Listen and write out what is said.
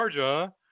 Georgia